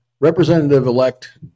Representative-elect